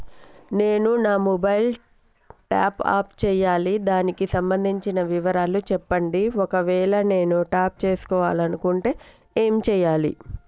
నేను నా mobile top up చేయాలి దానికి సంబంధించిన వివరాలు చెప్పండి ఒకవేళ నేను టాప్ చేసుకోవాలనుకుంటే ఏం చేయాలి?